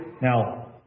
Now